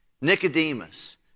Nicodemus